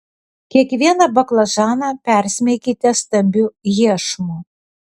kiekvieną baklažaną persmeikite stambiu iešmu